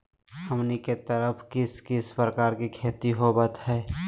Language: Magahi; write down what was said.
हमनी के तरफ किस किस प्रकार के खेती होवत है?